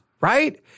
Right